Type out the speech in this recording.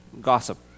gossip